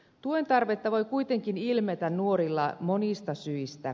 tuen tarvetta voi kuitenkin ilmetä nuorilla monista syistä